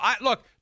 look